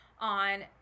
on